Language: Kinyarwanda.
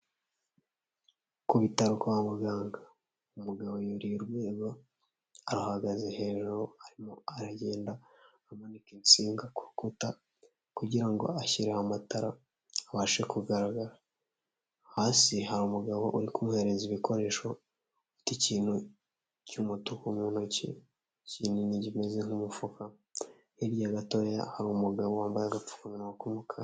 Ku bitaro kwa muganga, umugabo yuriye urwego ahagaze hejuru, arimo aragenda amanika insinga ku rukuta kugira ngo ashyireho amatara habashe kugaragara, hasi hari umugabo uri kumuhereza ibikoresho ufite ikintu cy'umutuku mu ntoki kinini kimeze nk'umufuka, hirya gatoya hari umugabo wambaye agapfukamunwa k'umukara.